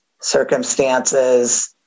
circumstances